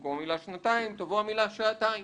במקום המילה "שנתיים" תבוא המילה "שעתיים".